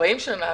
40 שנים.